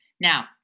Now